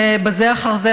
בזה אחר זה,